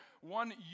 one